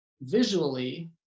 visually